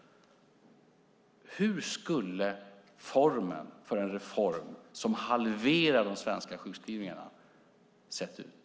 Hur skulle formen för en reform som halverar de svenska sjukskrivningarna ha sett ut?